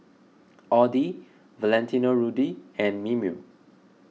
Audi Valentino Rudy and Mimeo